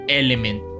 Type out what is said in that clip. element